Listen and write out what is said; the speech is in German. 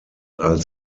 als